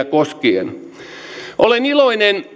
koskien olen iloinen